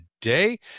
today